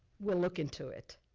we'll look into it.